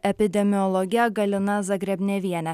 epidemiologe galina zagrebneviene